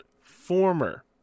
former